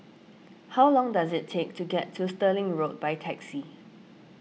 how long does it take to get to Stirling Road by taxi